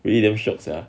really damn shiok sia